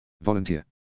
Volunteer